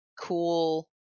cool